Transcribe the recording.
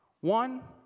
One